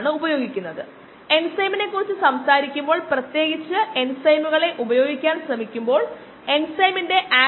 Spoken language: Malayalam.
33 ആയി തുടരും അതേസമയം km മാറി